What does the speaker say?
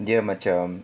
dia macam